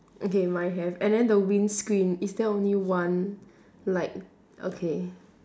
okay mine have and then the windscreen is there only one like okay